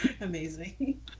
amazing